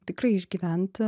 tikrai išgyvent